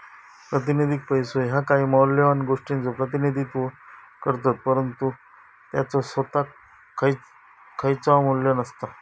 प्रातिनिधिक पैसो ह्या काही मौल्यवान गोष्टीचो प्रतिनिधित्व करतत, परंतु त्याचो सोताक खयचाव मू्ल्य नसता